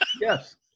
Yes